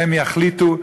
והם יחליטו.